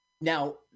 now